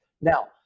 Now